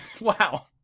Wow